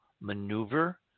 maneuver